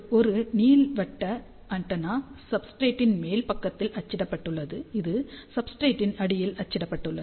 ஒரு நீள்வட்ட ஆண்டெனா சப்ஸ்ரேட்டின் மேல் பக்கத்தில் அச்சிடப்பட்டுள்ளது இது சப்ஸ்ரேட்டின் அடியில் அச்சிடப்பட்டுள்ளது